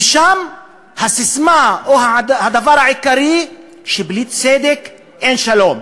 ושם הססמה, או הדבר העיקרי, שבלי צדק אין שלום.